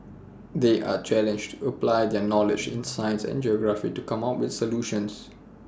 they are challenged apply their knowledge in science and geography to come up with solutions